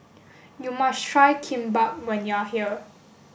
you must try Kimbap when you are here